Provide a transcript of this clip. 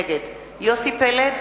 נגד יוסי פלד,